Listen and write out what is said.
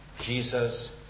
Jesus